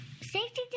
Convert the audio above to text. safety